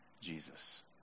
Jesus